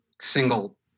single